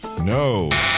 No